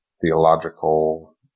theological